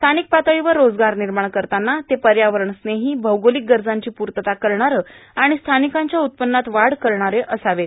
स्थानिक पातळीवर रोजगार निर्माण करताना ते पर्यावरणस्नेही भौगोलिक गरजांची पूर्तता करणारे आणि स्थानिकांच्या उत्पव्नात वाढ करणारे रोजगार असावेत